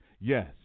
Yes